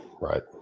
right